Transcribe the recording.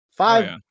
Five